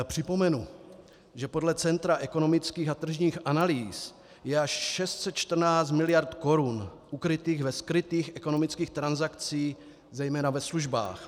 Připomenu, že podle Centra ekonomických a tržních analýz je až 614 mld. korun ukrytých ve skrytých ekonomických transakcích zejména ve službách.